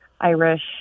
Irish